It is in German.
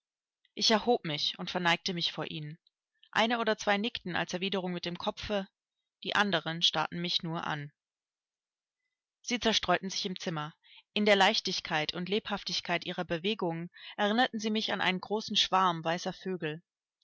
ich erhob mich und verneigte mich vor ihnen eine oder zwei nickten als erwiderung mit dem kopfe die andern starrten mich nur an sie zerstreuten sich im zimmer in der leichtigkeit und lebhaftigkeit ihrer bewegungen erinnerten sie mich an einen großen schwarm weißer vögel